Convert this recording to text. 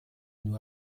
nur